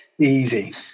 Easy